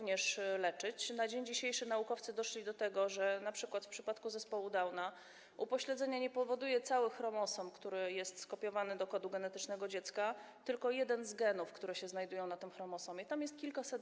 Na dzień dzisiejszy naukowcy doszli do tego, że np. w przypadku zespołu Downa upośledzenia nie powoduje cały chromosom, który jest skopiowany do kodu genetycznego dziecka, tylko jeden z genów, które się znajdują na tym chromosomie, tam jest kilkaset